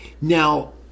Now